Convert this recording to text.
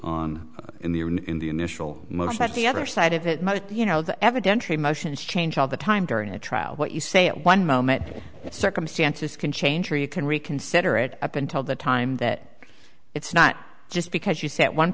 on in the in the initial most that the other side of it you know the evidentiary motions change all the time during the trial what you say one moment circumstances can change or you can reconsider it up until the time that it's not just because you say at one